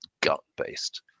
gut-based